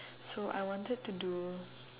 so I wanted to do